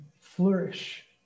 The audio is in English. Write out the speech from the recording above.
flourish